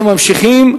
אנחנו ממשיכים.